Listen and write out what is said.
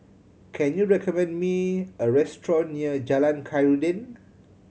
can you recommend me a restaurant near Jalan Khairuddin